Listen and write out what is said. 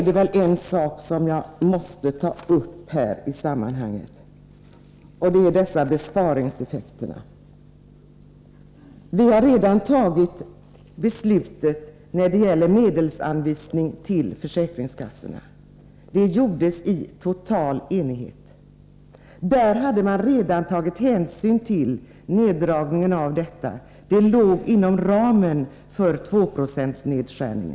Det är en sak som jag måste ta upp i det här sammanhanget, nämligen besparingseffekterna. Vi har redan fattat beslutet om medelsanvisning till försäkringskassorna. Det gjordes i total enighet. I förslaget till medelsanvisning hade regeringen tagit hänsyn till den nu aktuella neddragningen. Den låg inom ramen för den 2-procentiga nedskärningen.